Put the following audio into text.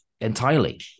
entirely